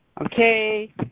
Okay